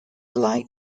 light